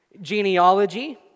genealogy